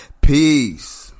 Peace